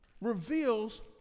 reveals